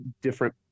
different